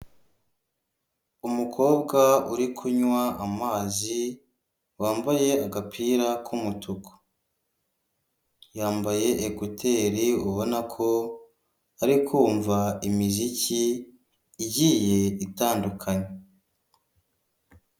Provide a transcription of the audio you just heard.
Umukobwa uri kunywa amazi, wambaye agapira k'umutuku. Yambaye ekuteri ubona ko ari kumva imiziki igiye itandukanye.